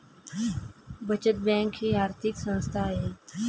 बचत बँक ही आर्थिक संस्था आहे